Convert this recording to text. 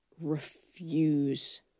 refuse